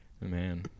man